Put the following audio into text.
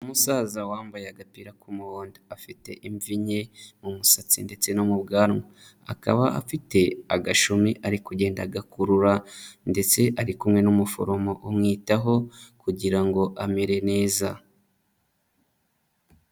Umusaza wambaye agapira k'umuhondo, afite imvi nke mu musatsi ndetse no mu bwanwa, akaba afite agashumi ari kugenda agakurura ndetse ari kumwe n'umuforomo umwitaho kugira ngo amere neza.